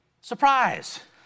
Surprise